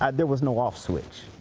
ah there was no off switch.